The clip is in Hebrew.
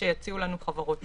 שיציעו לנו חברות שונות.